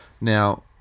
Now